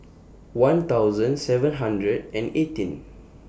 one thousand seven hundred and eighteen